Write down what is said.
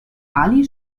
ali